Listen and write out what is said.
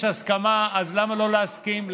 הסכמה אז למה לא להסכים?